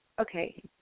Okay